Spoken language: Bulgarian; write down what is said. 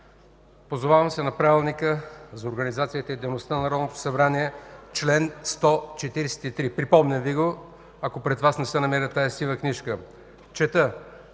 Позовавам се на Правилника за организацията и дейността на Народното събрание – чл. 143. Припомням Ви го, ако пред Вас не се намира тази сива книжка. Чета: